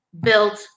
built